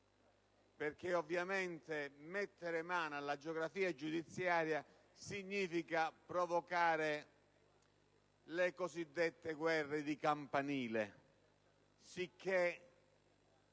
quanto ovviamente mettere mano alla geografia giudiziaria significa provocare le cosiddette guerre di campanile, sicché